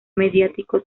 mediático